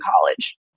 college